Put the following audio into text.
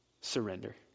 surrender